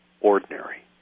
ordinary